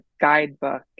guidebook